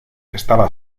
estaba